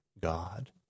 God